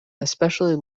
especially